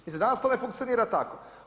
Mislim danas to ne funkcionira tako.